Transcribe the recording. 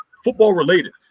football-related